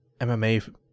MMA